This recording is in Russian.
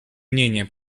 мнения